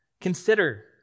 Consider